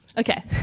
okay,